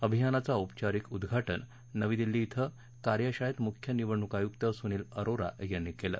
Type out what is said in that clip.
अभियानाचं औपचारिक उद्घाटन नवी दिल्ली धिं कार्यशाळेत मुख्य निवडणूक आयुक्त सुनील अरोडा यांनी केलं